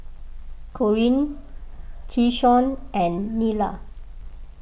Corean Keyshawn and Nyla